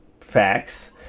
Facts